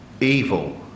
evil